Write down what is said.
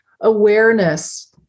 awareness